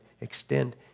extend